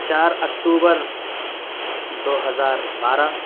چار اکتوبر دو ہزار بارہ